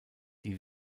die